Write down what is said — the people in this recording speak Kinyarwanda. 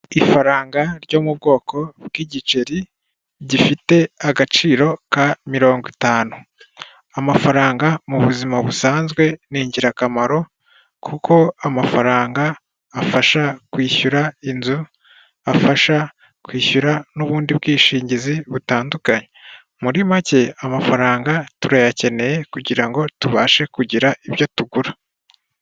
Ifaranga ryo mu bwoko bw'igiceri, gifite agaciro ka mirongo itanu. Amafaranga mu buzima busanzwe ni ingirakamaro kuko amafaranga afasha kwishyura inzu, afasha kwishyura n'ubundi bwishingizi butandukanye. Muri make amafaranga turayakeneye kugirango tubashe kugira ibyo tugura.